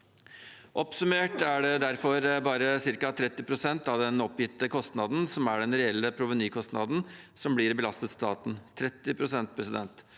Oppsummert er det derfor bare ca. 30 pst. av den oppgitte kost naden som er den reelle provenykostnaden som blir belastet staten. 30 pst.